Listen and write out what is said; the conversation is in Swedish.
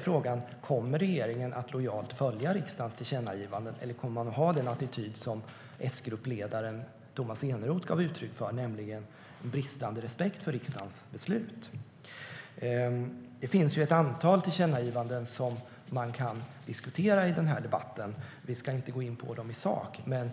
Frågan är: Kommer regeringen att lojalt följa riksdagens tillkännagivanden, eller kommer man att ha den attityd som S-gruppledaren Tomas Eneroth gav uttryck för, nämligen en bristande respekt för riksdagens beslut? Det finns ett antal tillkännagivanden som vi kan diskutera i denna debatt. Vi ska inte gå in på dem i sak, men